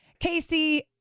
Casey